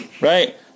Right